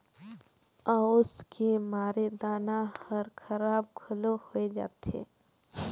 अउस के मारे दाना हर खराब घलो होवे जाथे